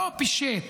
לא פישט,